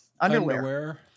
underwear